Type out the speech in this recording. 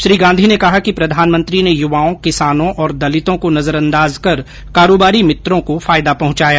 श्री गांधी ने कहा कि प्रधानमंत्री ने युवाओं किसानों और दलितों को नजरअंदाज कर कारोबारी मित्रों को फायदा पहंचाया